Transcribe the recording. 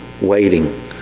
waiting